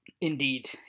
Indeed